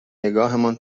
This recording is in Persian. نگاهمان